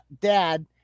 dad